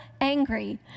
angry